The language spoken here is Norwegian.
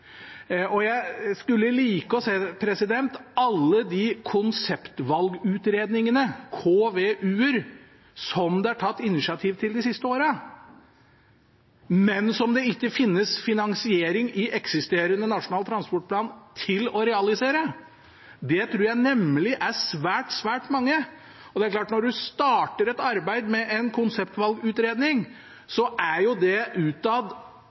Jeg skulle like å se alle de konseptvalgutredningene, KVU-ene, som det er tatt initiativ til de siste årene, men som det i eksisterende nasjonal transportplan ikke finnes finansiering til å realisere. Det tror jeg nemlig er svært, svært mange. Når en starter et arbeid med en konseptvalgutredning, er det utad